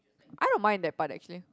I don't mind that part actually